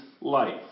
life